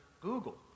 Google